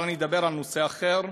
אבל אני אדבר על נושא אחר: